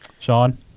Sean